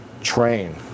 train